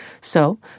So